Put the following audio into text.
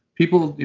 people,